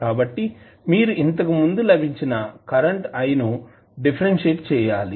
కాబట్టి మీరు ఇంతకుముందు లభించిన కరెంట్ I ను డిఫరెన్షియేట్ చేయాలి